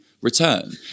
return